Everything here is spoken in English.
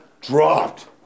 dropped